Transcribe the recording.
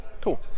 Cool